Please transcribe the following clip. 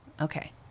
Okay